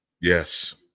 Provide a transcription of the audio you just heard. Yes